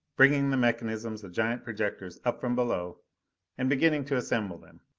bringing the mechanisms of giant projectors up from below and beginning to assemble them.